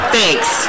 Thanks